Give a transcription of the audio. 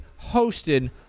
hosted